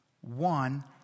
one